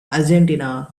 argentina